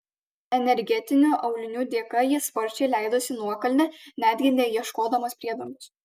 energetinių aulinių dėka jis sparčiai leidosi nuokalne netgi neieškodamas priedangos